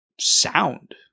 sound